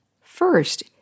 First